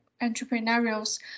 entrepreneurs